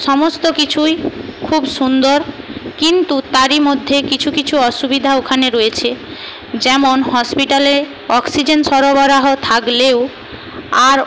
সমস্ত কিছুই খুব সুন্দর কিন্তু তারই মধ্যে কিছু কিছু অসুবিধা ওখানে রয়েছে যেমন হসপিটালে অক্সিজেন সরবরাহ থাকলেও আর